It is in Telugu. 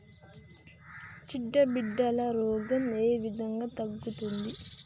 చీడ పీడల రోగం ఏ విధంగా తగ్గుద్ది?